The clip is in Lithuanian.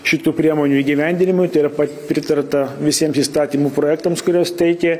šitų priemonių įgyvendinimui tai yra pritarta visiems įstatymų projektams kuriuos teikė